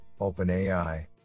OpenAI